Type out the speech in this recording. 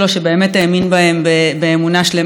שבאמת האמין בהן באמונה שלמה,